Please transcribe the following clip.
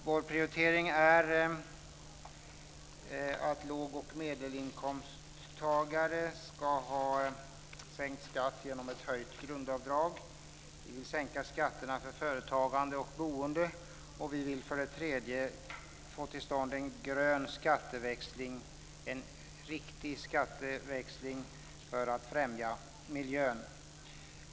Vår prioritering är att låg och medelinkomsttagare ska ha sänkt skatt genom ett höjt grundavdrag. Vi vill sänka skatterna för företagande och boende. Vi vill också få till stånd en grön skatteväxling - en riktig skatteväxling för att främja miljön.